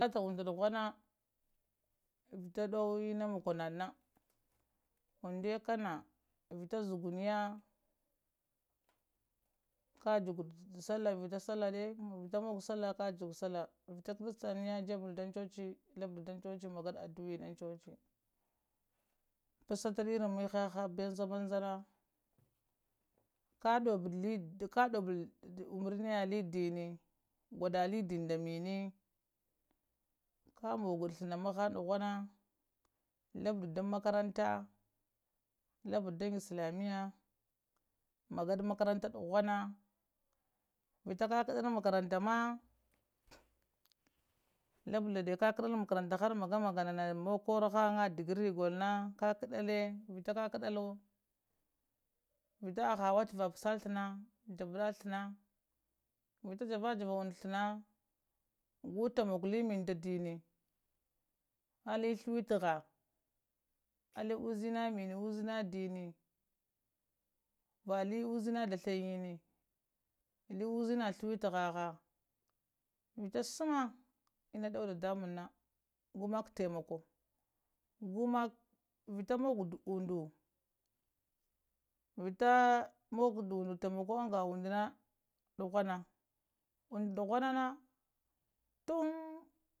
Sasha unɗu duhuna vita enna dawo makuna unila kana vita zugimiya ka juguɗ sallah vita sallah de vita muggowo sallah ka juduɗi sallah, vita christaniya de jebbede ɗan chuchi labb da ɗan chuchi maggad adua. ani an chuchi vita passade irin li mihaha banzabangana ka doubowode umar niya li ɗini, gudda li dinni nda minni ka muggade thana mahang duhana labbada dan mankaranta lubbade dan islamiya maggade makaranta duhana vita kakaɗa de mankaranta ma lablade har kakadade mankaranta nana kur hanŋ degree gullna kakadade vita kaka dade uita aha wattava passa lla a vita javajade thana gu tamo kowo talli dinni nda minni alli thivitaha alli uzina minni nda uzina dinni vaha lli uzina dathngem ki uzina thivitaha vita sama enna dowo dadanmban na gumak taimako vita muggowod tamako anga unɗu na duhana unɗu duhana tun.